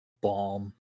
Bomb